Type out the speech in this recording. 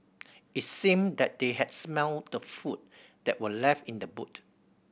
it seemed that they had smelt the food that were left in the boot